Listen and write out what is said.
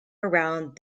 around